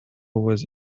was